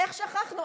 איך שכחנו?